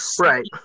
Right